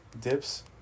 dips